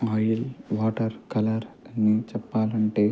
oil water colour అన్ని చెప్పాలంటే